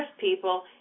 people